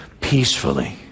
peacefully